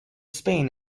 spain